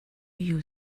you